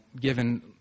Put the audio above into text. given